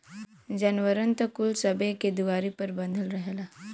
जानवरन त कुल सबे के दुआरी पर बँधल रहेला